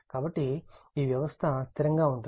కాబట్టి ఈ వ్యవస్థ స్థిరంగా ఉంటుంది